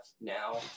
now